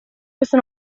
questo